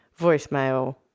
voicemail